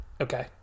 Okay